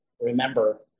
remember